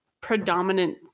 predominant